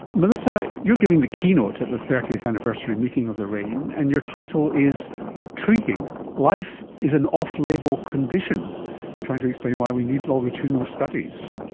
melissa, you're giving the keynote at the thirtieth anniversary meeting of the raine, and your title is intriguing life is an off-label condition trying to explain why we need longitudinal studies.